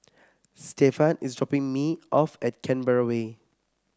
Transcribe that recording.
Stefan is dropping me off at Canberra Way